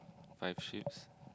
five sheep's